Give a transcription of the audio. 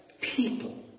people